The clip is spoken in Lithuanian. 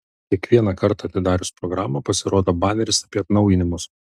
kiekvieną kartą atidarius programą pasirodo baneris apie atnaujinimus